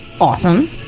Awesome